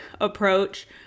approach